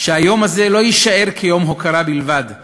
שהיום הזה לא יישאר כיום הוקרה בלבד,